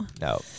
no